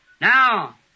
Now